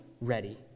ready